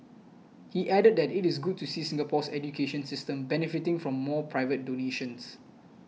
he added that it is good to see Singapore's education system benefiting from more private donations